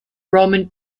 roman